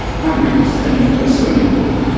my room was turning into a swimming pool.